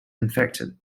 infected